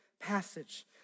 passage